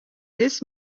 this